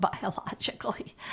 biologically